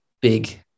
big